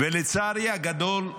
ולצערי הגדול,